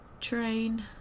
train